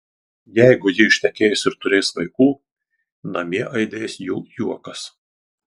jeigu ji ištekės ir turės vaikų namie aidės jų juokas